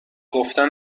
گفتن